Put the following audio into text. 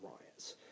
riots